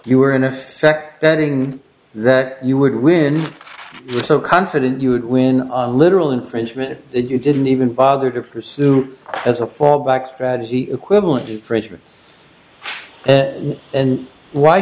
you were in effect betting that you would win so confident you would win a literal infringement that you didn't even bother to pursue as a fallback strategy equivalent to infringement and why